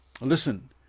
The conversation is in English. Listen